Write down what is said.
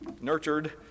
nurtured